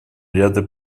ряда